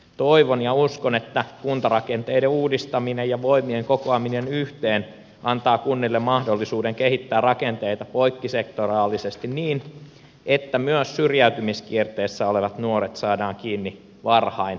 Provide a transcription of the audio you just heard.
toivon ja uskon että kuntarakenteiden uudistaminen ja voimien kokoaminen yhteen antaa kunnille mahdollisuuden kehittää rakenteita poikkisektoraalisesti niin että myös syrjäytymiskierteessä olevat nuoret saadaan kiinni varhain nykyistä paremmin